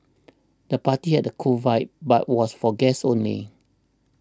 the party had a cool vibe but was for guests only